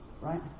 right